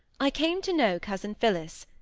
i came to know cousin phillis,